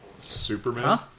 Superman